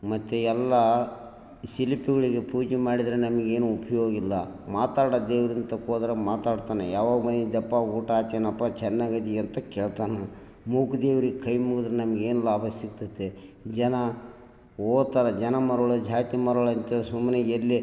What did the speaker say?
ಮತ್ತು ಎಲ್ಲಾ ಶಿಲ್ಪಗಳಿಗೆ ಪೂಜೆ ಮಾಡಿದರೆ ನಮಗೇನು ಉಪಯೋಗಿಲ್ಲ ಮಾತಾಡೋ ದೇವ್ರುತಾಕ್ ಹೋದ್ರೆ ಮಾತಾಡ್ತಾನೆ ಯಾವಾಗ ಬಂದಿದ್ದೀಯಪ್ಪ ಊಟ ಆಯ್ತೆನಪ್ಪ ಚೆನ್ನಾಗಿದಿಯಾ ಅಂತ ಕೇಳ್ತಾನೆ ಮೂಕ ದೇವರಿಗೆ ಕೈ ಮುಗಿದರೆ ನಮ್ಗೇನು ಲಾಭ ಸಿಗ್ತದೆ ಜನ ಹೋತಾರೆ ಜನ ಮರುಳೊ ಜಾತ್ರೆ ಮರುಳೋ ಅಂತೇಳಿ ಸುಮ್ಮನೆ ಎಲ್ಲಿ